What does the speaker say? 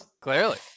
Clearly